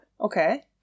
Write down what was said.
Okay